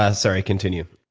ah sorry continue.